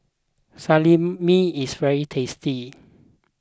Salami is very tasty